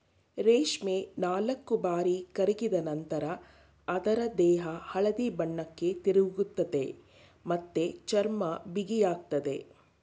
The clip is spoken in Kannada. ರೇಷ್ಮೆ ನಾಲ್ಕುಬಾರಿ ಕರಗಿದ ನಂತ್ರ ಅದ್ರ ದೇಹ ಹಳದಿ ಬಣ್ಣಕ್ಕೆ ತಿರುಗ್ತದೆ ಮತ್ತೆ ಚರ್ಮ ಬಿಗಿಯಾಗ್ತದೆ